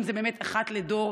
אם זה אחת לדור,